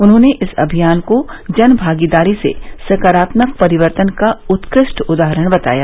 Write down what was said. उन्होंने इस अभियान को जन भागीदारी से सकारात्मक परिवर्तन का उत्कृष्ट उदाहरण बताया